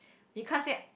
you can't say